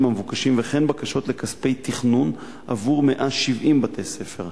המבוקשים וכן בקשות לכספי תכנון עבור 170 בתי-ספר.